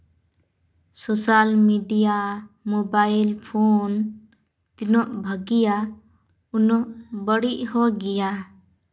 social media mobile phone ᱛᱤᱱᱟᱹᱜ ᱵᱷᱟᱹᱜᱤᱭᱟ ᱩᱱᱟᱹᱜ ᱵᱟᱹᱲᱤᱡ ᱦᱚᱸ ᱜᱮᱭᱟ